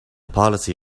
policy